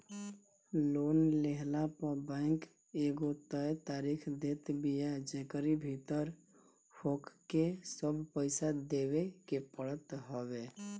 loan लेहला पअ bank एगो तय तारीख देत बिया जेकरी भीतर होहके सब पईसा देवे के पड़त हवे